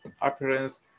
appearance